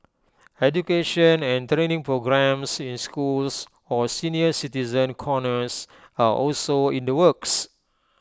education and training programmes in schools or senior citizen corners are also in the works